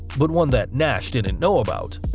but one that nash didn't know about.